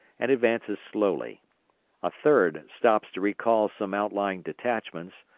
and advances slowly a third stops to recall some outlying detachments,